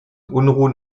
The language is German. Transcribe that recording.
unruhen